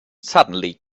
suddenly